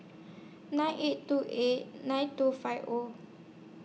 nine eight two eight nine two five O